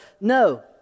No